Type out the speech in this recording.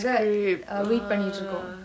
script ah